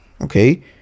okay